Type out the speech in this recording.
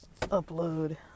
upload